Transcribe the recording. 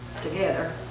together